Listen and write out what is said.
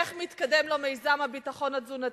איך מתקדם לו מיזם הביטחון התזונתי,